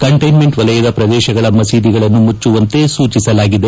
containment ವಲಯದ ಪ್ರದೇಶಗಳ ಮಸೀದಿಗಳನ್ನು ಮುಟ್ಟುವಂತೆ ಸೂಚಿಸಲಾಗಿದೆ